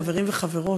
חברים וחברות,